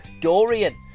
Dorian